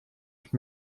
habe